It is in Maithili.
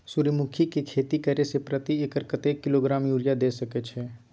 सूर्यमुखी के खेती करे से प्रति एकर कतेक किलोग्राम यूरिया द सके छी?